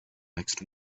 next